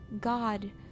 God